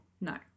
No